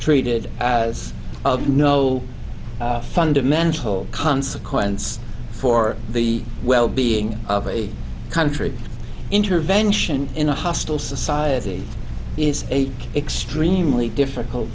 treated as no fundamental consequence for the wellbeing of a country intervention in a hostile society is extremely difficult